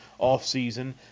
offseason